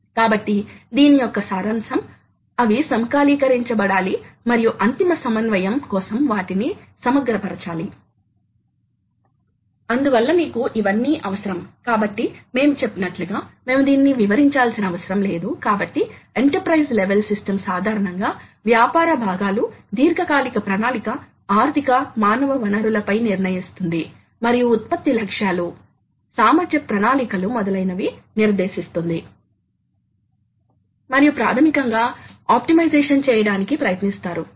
అదేవిధంగా speed drive లకు చాలా మంచి అస్థిరమైన ప్రతిస్పందన అవసరం కాబట్టి అవి చాలా వేగంగా ప్రతిస్పందన అవసరం కాబట్టి తక్కువ విద్యుత్ మరియు యాంత్రిక సమయ స్థిరాంకాలు అవసరమవుతాయి మరియు వాటికి స్థిరమైన పని టార్క్ అవసరం